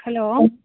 hello